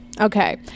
Okay